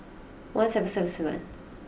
one seven seven seven